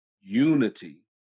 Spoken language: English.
UNITY